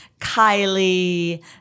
Kylie